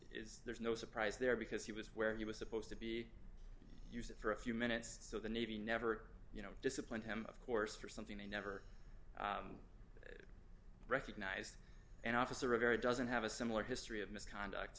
is there's no surprise there because he was where he was supposed to be used for a few minutes so the navy never disciplined him of course for something they never recognized an officer a very doesn't have a similar history of misconduct